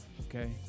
Okay